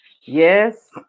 Yes